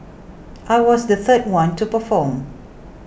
I was the third one to perform